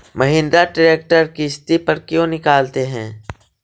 Mahindra tractor किसति पर क्यों निकालते हैं?